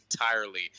entirely